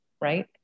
right